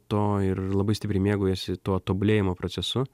to ir labai stipriai mėgaujiesi tuo tobulėjimo procesu